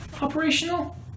operational